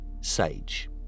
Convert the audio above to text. Sage